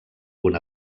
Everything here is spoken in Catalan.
una